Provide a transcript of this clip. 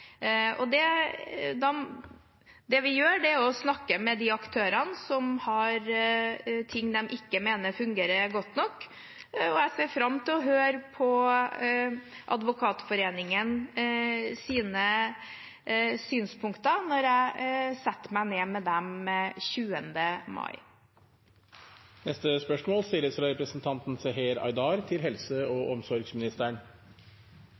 Det vi gjør, er å snakke med de aktørene som mener at ting ikke fungerer godt nok. Jeg ser fram til å høre på Advokatforeningens synspunkter når jeg setter meg ned med dem